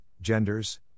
genders